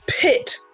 pit